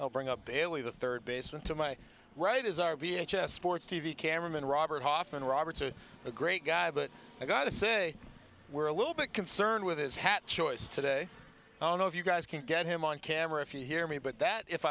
i'll bring up bailey the third baseman to my right is our v h s sports t v cameraman robert hoffman roberts are a great guy but i got to say we're a little bit concerned with his hat choice today i don't know if you guys can get him on camera if you hear me but that if